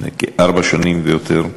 לפני ארבע שנים ויותר.